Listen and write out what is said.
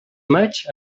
maigs